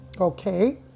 okay